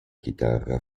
chitarra